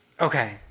Okay